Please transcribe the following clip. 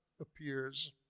appears